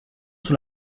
sous